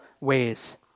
ways